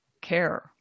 care